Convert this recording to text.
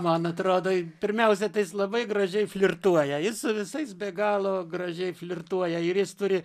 man atrodo pirmiausia tai jis labai gražiai flirtuoja su visais be galo gražiai flirtuoja ir jis turi